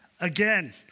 again